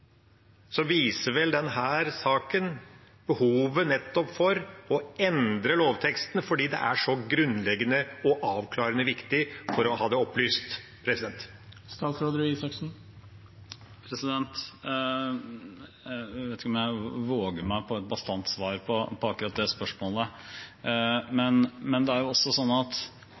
viser vel denne saken behovet for nettopp å endre lovtekstene, fordi det er så grunnleggende og avklarende viktig for å ha det opplyst? Jeg vet ikke om jeg våger meg på et bastant svar på akkurat det spørsmålet. Men som det har blitt behørig opplyst og diskutert i Stortinget, er utgangspunktet her ikke en manglende erkjennelse av at